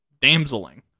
damseling